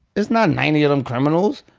it's not ninety of them criminals.